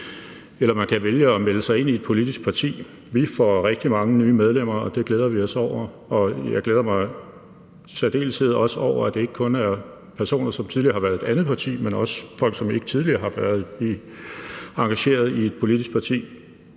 Eller man kan vælge at melde sig ind i et politisk parti. Vi får rigtig mange nye medlemmer, og det glæder vi os over, og jeg glæder mig i særdeleshed over, at det ikke kun er personer, som tidligere har været i et andet parti, men også folk, som ikke tidligere har været engageret i et politisk parti.